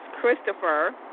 Christopher